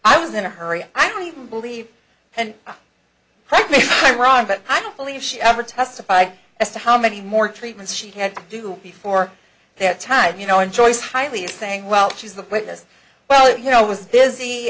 i was in a hurry i don't even believe and let me be wrong but i don't believe she ever testified as to how many more treatments she had to do before that time you know enjoys highly is saying well she's the witness well you know i was busy